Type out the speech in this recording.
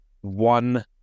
one